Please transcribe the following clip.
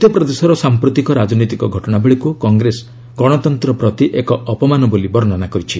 ମଧ୍ୟପ୍ରଦେଶର ସାମ୍ପ୍ରତିକ ରାଜନୈତିକ ଘଟଣାବଳୀକୁ କଂଗ୍ରେସ ଗଣତନ୍ତ୍ର ପ୍ରତି ଏକ ଅପମାନ ବୋଲି ବର୍ଷନା କରିଛି